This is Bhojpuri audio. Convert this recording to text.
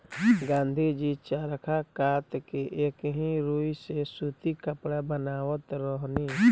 गाँधी जी चरखा कात के एही रुई से सूती कपड़ा बनावत रहनी